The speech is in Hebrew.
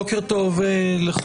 בוקר טוב לכולם,